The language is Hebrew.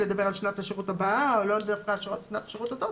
לדבר על שנת השירות הבאה או לא דווקא על שנת השירות הזאת,